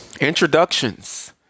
Introductions